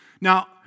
Now